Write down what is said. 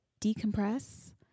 decompress